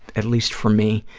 at least for me,